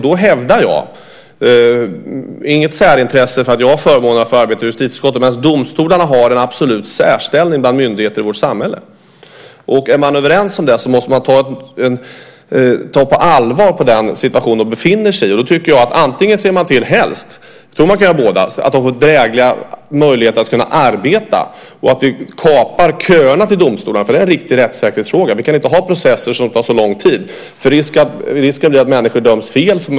Då hävdar jag - och det är inget särintresse för att jag har förmånen att få arbeta i justitieutskottet - att domstolarna har en absolut särställning bland myndigheter i vårt samhälle. Om man är överens om det måste man ta den situation på allvar som de befinner sig i. Jag tycker att man ska se till att de får drägliga möjligheter att kunna arbeta och att vi kapar köerna till domstolarna. Det är en riktig rättssäkerhetsfråga. Vi kan inte ha processer som tar så lång tid. Risken blir att människor döms fel.